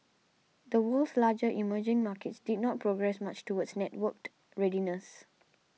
the world's larger emerging markets did not progress much towards networked readiness